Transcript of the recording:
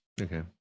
okay